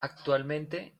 actualmente